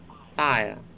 fire